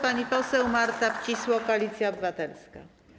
Pani poseł Marta Wcisło, Koalicja Obywatelska.